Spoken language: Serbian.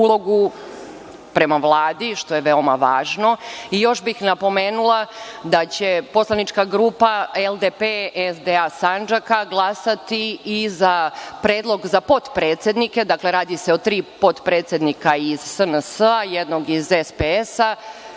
ulogu prema Vladi, što je veoma važno. Još bih napomenula da će poslanička grupa LDP-SDA Sandžaka glasati i za predlog za potpredsednike. Dakle, radi se o tri potpredsednika iz SNS-a, jednog iz SPS-a